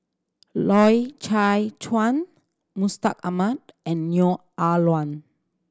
Loy Chye Chuan Mustaq Ahmad and Neo Ah Luan